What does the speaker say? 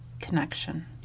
connection